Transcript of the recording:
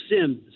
sims